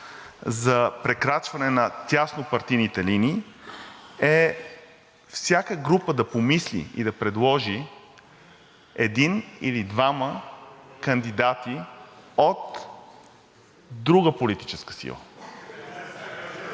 за прекрачване на тяснопартийните линии, е всяка група да помисли и да предложи един или двама кандидати от друга политическа сила.